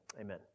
Amen